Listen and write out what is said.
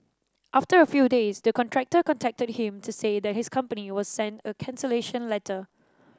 after a few days the contractor contacted him to say that his company will send a cancellation letter